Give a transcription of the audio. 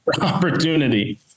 opportunity